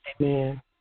Amen